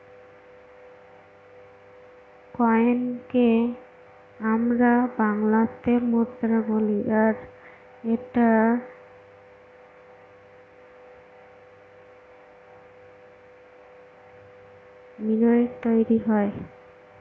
কয়েনকে আমরা বাংলাতে মুদ্রা বলি আর এটা মিন্টৈ তৈরী হয়